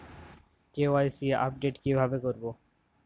KYC update কিভাবে করবো?